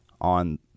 on